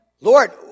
Lord